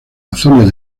razones